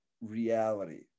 reality